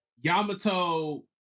Yamato